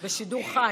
בשידור חי.